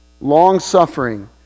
long-suffering